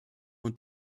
und